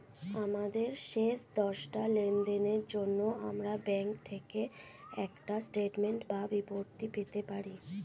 আমাদের শেষ দশটা লেনদেনের জন্য আমরা ব্যাংক থেকে একটা স্টেটমেন্ট বা বিবৃতি পেতে পারি